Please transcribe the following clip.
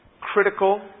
critical